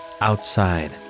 Outside